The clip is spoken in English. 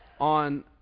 on